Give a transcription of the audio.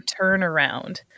turnaround